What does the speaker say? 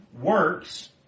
works